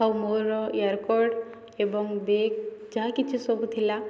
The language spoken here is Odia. ଆଉ ମୋର ଇୟର୍ କର୍ଡ଼୍ ଏବଂ ବେଗ୍ ଯାହା କିଛି ସବୁ ଥିଲା